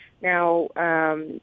Now